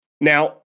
Now